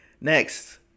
next